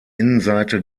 innenseite